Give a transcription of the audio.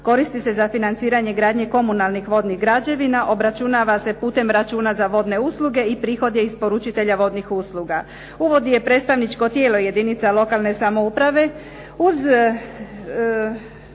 Koristi se za financiranje gradnje komunalnim vodnih građevina. Obračunava se putem računa za vodne usluge i prihod je isporučitelja vodnih usluga. Uvodi je predstavničko tijelo jedinica lokalne samouprave,